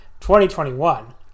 2021